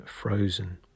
frozen